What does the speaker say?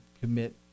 commit